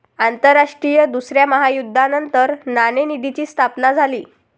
आंतरराष्ट्रीय दुसऱ्या महायुद्धानंतर नाणेनिधीची स्थापना झाली